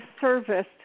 service